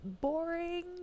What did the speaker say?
boring